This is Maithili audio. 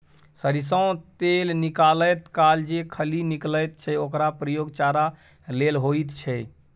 सरिसों तेल निकालैत काल जे खली निकलैत छै ओकर प्रयोग चारा लेल होइत छै